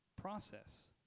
process